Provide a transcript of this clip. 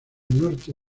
norte